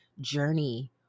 journey